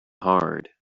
hard